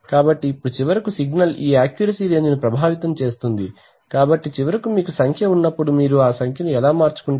కాబట్టి ఇప్పుడు చివరకు సిగ్నల్ ఈ యాక్యూరసీ రేంజ్ ను ప్రభావితం చేస్తుంది కాబట్టి చివరకు మీకు సంఖ్య ఉన్నప్పుడు మీరు ఆ సంఖ్యను ఎలా మార్చుకుంటారు